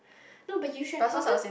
not but you should have gotten